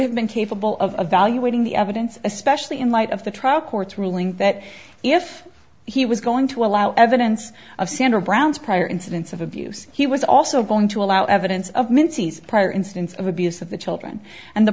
have been capable of valuating the evidence especially in light of the trial court's ruling that if he was going to allow evidence of sandra brown's prior incidents of abuse he was also going to allow evidence of minsky's prior incidents of abuse of the children and the